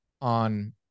on